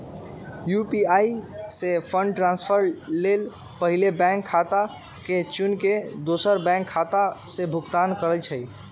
UPI से fund transfer लेल पहिले बैंक खता के चुन के दोसर बैंक खता से भुगतान करइ छइ